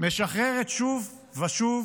משחררת שוב ושוב